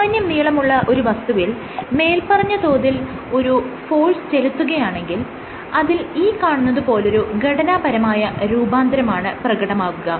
സാമാന്യം നീളമുള്ള ഒരു വസ്തുവിൽ മേല്പറഞ്ഞ തോതിൽ ഒരു ഫോഴ്സ് ചെലുത്തുകയാണെങ്കിൽ അതിൽ ഈ കാണുന്നത് പോലൊരു ഘടനാപരമായ രൂപാന്തരമാണ് പ്രകടമാകുക